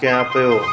कयां पियो